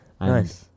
Nice